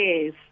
Yes